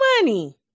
money